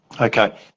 okay